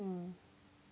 mm